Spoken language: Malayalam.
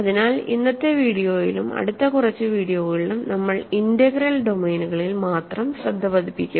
അതിനാൽ ഇന്നത്തെ വീഡിയോയിലും അടുത്ത കുറച്ച് വീഡിയോകളിലും നമ്മൾ ഇന്റഗ്രൽ ഡൊമെയ്നുകളിൽ മാത്രം ശ്രദ്ധ പതിപ്പിക്കും